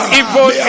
evil